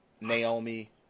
Naomi